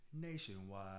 Nationwide